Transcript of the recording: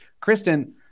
Kristen